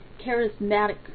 charismatic